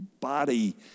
body